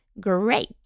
Great